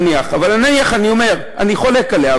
אני חולק עליה,